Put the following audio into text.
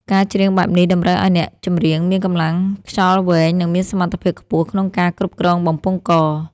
ការច្រៀងបែបនេះតម្រូវឱ្យអ្នកចម្រៀងមានកម្លាំងខ្យល់វែង និងមានសមត្ថភាពខ្ពស់ក្នុងការគ្រប់គ្រងបំពង់ក។